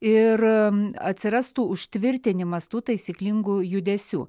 ir atsirastų užtvirtinimas tų taisyklingų judesių